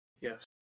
Yes